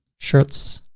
shirts,